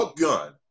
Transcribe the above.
gun